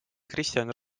kristjan